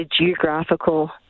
geographical